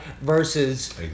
versus